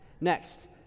Next